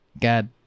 God